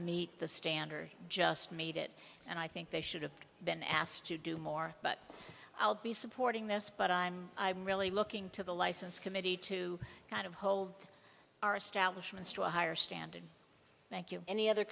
meet the standard just made it and i think they should have been asked to do more but i'll be supporting this but i'm i'm really looking to the license committee to kind of hold our stylishness to a higher standard thank you any other